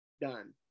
done